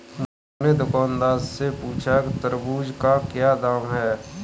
मोहन ने दुकानदार से पूछा कि तरबूज़ का क्या दाम है?